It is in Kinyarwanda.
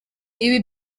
ibi